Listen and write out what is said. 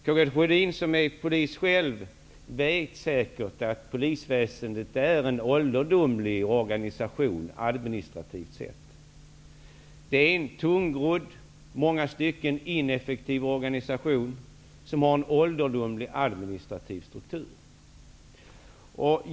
Karl Gustaf Sjödin, som själv är polis, vet säkert att polisväsendet administrativt sett är en ålderdomlig organisation. Det är en tungrodd och i många stycken ineffektiv organisation som har en ålderdomlig administrativ struktur.